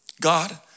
God